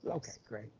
so okay great,